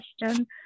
question